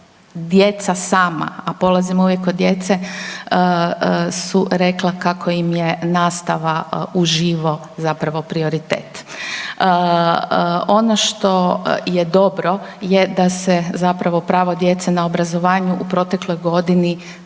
djeca sama, a polazim uvijek od djece, su rekla kako im je nastava u živo zapravo prioritet. Ono što je dobro, je da se zapravo pravo djece na obrazovanje u protekloj godini